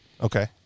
Okay